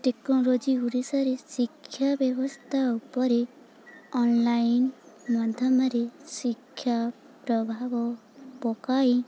technology ଓଡ଼ିଶାରେ ଶିକ୍ଷା ବ୍ୟବସ୍ଥା ଉପରେ ଅନ୍ଲାଇନ୍ ମାଧ୍ୟମରେ ଶିକ୍ଷା ପ୍ରଭାବ ପକାଇ